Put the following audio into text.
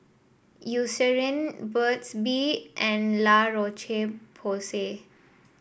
Eucerin Burt's Bee and La Roche Porsay